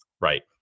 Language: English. Right